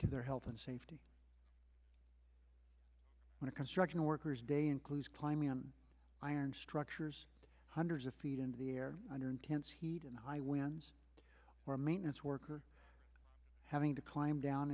to their health and safety when a construction worker's day includes climbing on iron structures hundreds of feet into the air under intense heat and high winds for a maintenance worker having to climb down